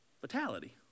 fatality